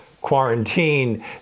quarantine